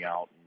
out